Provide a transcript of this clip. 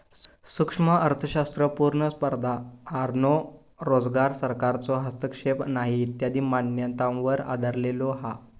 सूक्ष्म अर्थशास्त्र पुर्ण स्पर्धा आणो रोजगार, सरकारचो हस्तक्षेप नाही इत्यादी मान्यतांवर आधरलेलो हा